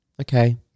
Okay